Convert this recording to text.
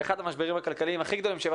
באחד המשברים הכלכליים הכי גדולים שהיו,